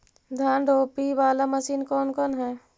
धान रोपी बाला मशिन कौन कौन है?